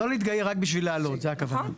לא להתגייר בשביל לעלות, זו הכוונה.